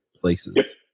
places